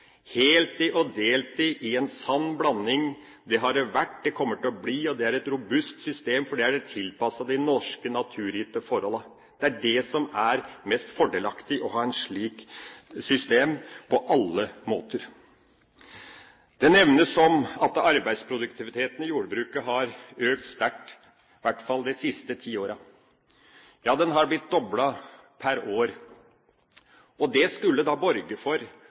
heltid og deltid, i en sann blanding. Det har det vært, det kommer det til å bli, og det er et robust system som er tilpasset de norske naturgitte forholdene. Det er det som er mest fordelaktig, det å ha et slikt system, på alle måter. Det nevnes at arbeidsproduktiviteten i jordbruket har økt sterkt, i hvert fall de siste ti åra. Ja, den har blitt doblet per år, og det skulle da borge for